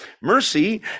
Mercy